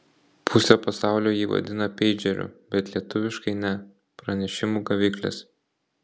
pusė pasaulio jį vadina peidžeriu bet lietuviškai ne pranešimų gaviklis